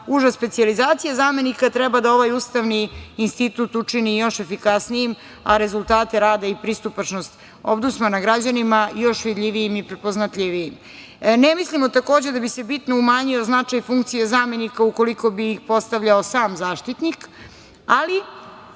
uža specijalizacija zamenika treba da ovaj ustavni institut učini još efikasnijim, a rezultate rada i pristupačnost Ombdusmana građanima još vidljivijim i prepoznatljivijim. Ne mislimo da bi se bitno umanjio značaj funkcije zamenika ukoliko bi ih postavljao sam Zaštitnik, ali